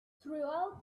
throughout